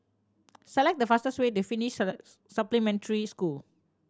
select the fastest way to Finnish Supplementary School